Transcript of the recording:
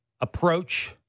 approach